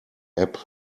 app